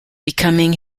becoming